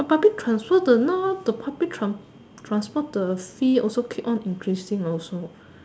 the public transport the now the public tran~ transport the fee also keep on increasing also